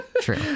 True